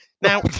Now